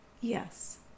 Yes